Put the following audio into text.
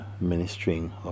ministering